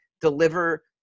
deliver